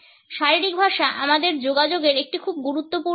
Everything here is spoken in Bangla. শারীরিক ভাষা আমাদের যোগাযোগের একটি খুব গুরুত্বপূর্ণ দিক